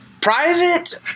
Private